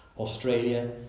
Australia